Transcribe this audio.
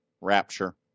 Rapture